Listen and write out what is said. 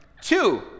Two